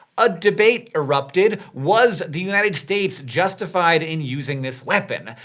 a debate erupted was the united states justified in using this weapon?